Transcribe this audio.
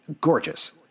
Gorgeous